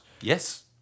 Yes